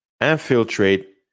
infiltrate